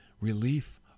relief